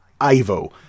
Ivo